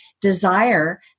desire